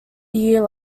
year